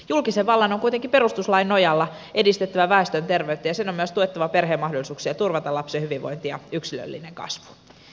julkisen vallan on kuitenkin perustuslain nojalla edistettävä väestön terveyttä ja sen on myös tuettava perheen mahdollisuuksia turvata lapsen hyvinvointi ja yksilöllinen kasvu